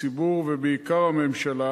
הציבור ובעיקר הממשלה,